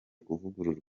kuvugururwa